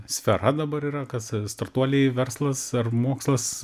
sfera dabar yra kas startuoliai verslas ar mokslas